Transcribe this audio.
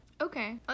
Okay